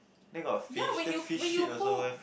ya when you when you hold